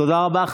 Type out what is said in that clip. תודה רבה.